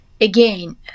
again